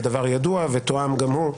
והדבר ידוע ותואם גם הוא,